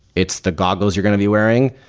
it's the goggles you're going to be wearing.